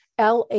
LA